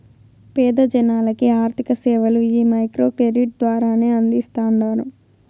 పేద జనాలకి ఆర్థిక సేవలు ఈ మైక్రో క్రెడిట్ ద్వారానే అందిస్తాండారు